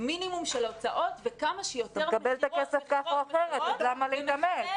מינימום של הוצאות וכמה שיותר מכירות מכירות מכירות.